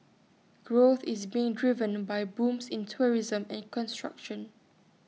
growth is being driven by booms in tourism and construction